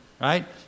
right